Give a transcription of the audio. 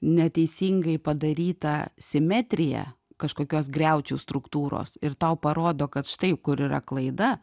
neteisingai padaryta simetrija kažkokios griaučių struktūros ir tau parodo kad štai kur yra klaida